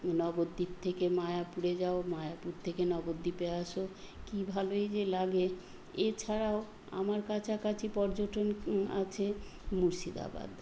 নবদ্বীপ থেকে মায়াপুরে যাও মায়াপুর থেকে নবদ্বীপে আসো কি ভালোই যে লাগে এছাড়াও আমার কাছাকাছি পর্যটন আছে মুর্শিদাবাদ